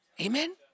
Amen